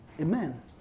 Amen